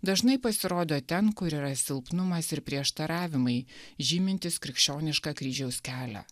dažnai pasirodo ten kur yra silpnumas ir prieštaravimai žymintys krikščionišką kryžiaus kelią